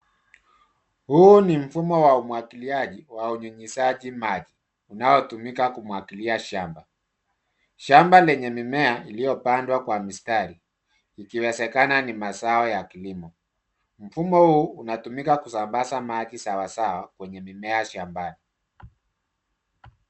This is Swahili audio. Huu ni mfumo wa umwagiliaji wa unyunyiziaji maji unaotumika kumwagilia shamba. Shamba lenye mimea iliyopandwa kwa mistari ikiwezekana ni mazao ya kilimo. Mfumo huu unatumika kisambasa maji sawasawa kwenye mimea shambani.